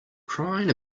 crying